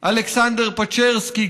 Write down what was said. אלכסנדר פצ'רסקי,